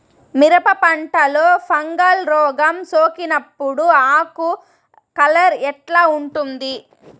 మిరప పంటలో ఫంగల్ రోగం సోకినప్పుడు ఆకు కలర్ ఎట్లా ఉంటుంది?